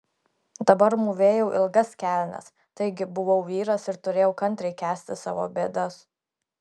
dabar mūvėjau ilgas kelnes taigi buvau vyras ir turėjau kantriai kęsti savo bėdas